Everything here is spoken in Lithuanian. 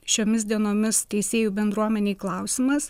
šiomis dienomis teisėjų bendruomenei klausimas